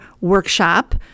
workshop